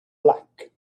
black